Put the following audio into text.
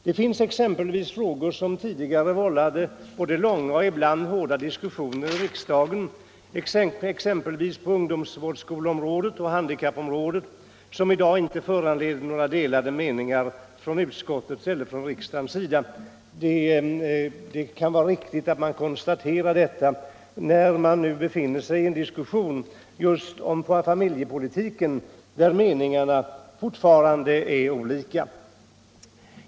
Det finns frågor som tidigare vållat både långa och ibland hårda diskussioner i riksdagen — exempelvis på ungdomsvårdsskoleområdet och handikappområdet — men som i dag inte föranleder några delade meningar inom utskottet eller riksdagen. Det kan vara riktigt att konstatera detta när man nu befinner sig i en diskussion i familjepolitiken, där meningarna fortfarande är olika.